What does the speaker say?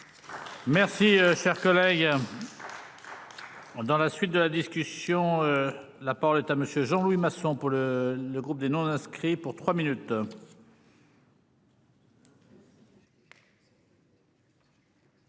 Merci cher collègue. Dans la suite de la discussion. La parole est à monsieur Jean Louis Masson pour le le groupe des non inscrits pour 3 minutes.